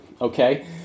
Okay